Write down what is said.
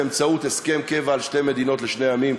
באמצעות הסכם קבע על שתי מדינות לשני עמים,